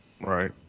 Right